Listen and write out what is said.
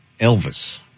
Elvis